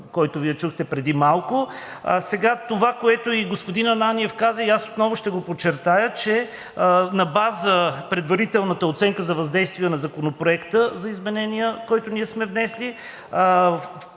който чухте преди малко. Това, което и господин Ананиев каза, и аз отново ще подчертая, е, че на база предварителната оценка за въздействие на Законопроекта за изменение, който сме внесли,